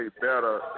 better